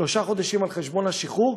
שלושה חודשים על חשבון השחרור,